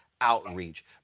outreach